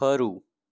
ખરું